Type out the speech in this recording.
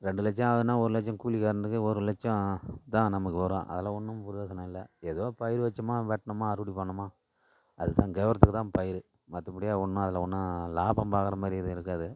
ரெண்டு லட்சம் ஆகுதுன்னா ஒரு லட்சம் கூலிகாரனுக்கு ஒரு லட்சம் தான் நமக்கு வரும் அதில் ஒன்றும் ப்ரயோஜனம் இல்லை எதோ பயிர் வச்சமா வெட்டுனமா அறுவடை பண்ணமா அது தான் கெவுரவத்துக்குதான் பயிர் மற்றபடி ஒன்றும் அதில் ஒன்றும் லாபம் பார்க்ற மாதிரி எதுவும் இருக்காது